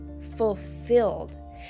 fulfilled